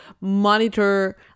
monitor